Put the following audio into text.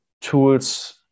tools